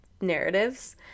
narratives